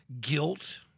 guilt